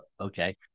Okay